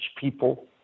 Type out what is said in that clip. people